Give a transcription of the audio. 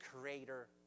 creator